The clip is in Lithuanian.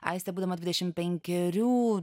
aistė būdama dvidešimt penkerių